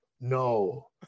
no